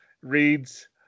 reads